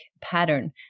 pattern